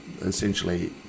essentially